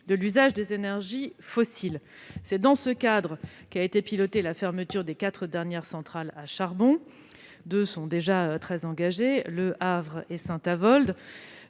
de l'usage des énergies fossiles. C'est dans ce cadre qu'a été pilotée la fermeture des quatre dernières centrales à charbon. Deux sont déjà très engagées, au Havre et à Saint-Avold.